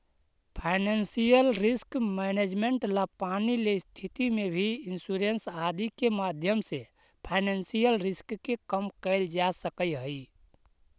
financial risk management ला पानी ले स्थिति में भी इंश्योरेंस आदि के माध्यम से फाइनेंशियल रिस्क के कम कैल जा सकऽ हई